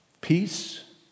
peace